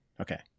Okay